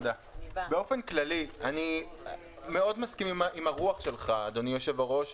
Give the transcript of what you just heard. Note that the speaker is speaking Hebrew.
באופן כללי אני מאוד מסכים עם הרוח שלך שאומרת